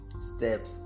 step